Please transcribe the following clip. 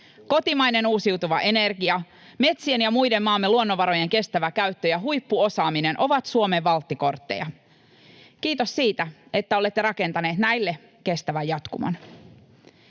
Kotimainen uusiutuva energia, metsien ja muiden maamme luonnonvarojen kestävä käyttö ja huippuosaaminen ovat Suomen valttikortteja. Kiitos siitä, että olette rakentaneet näille kestävän jatkumon.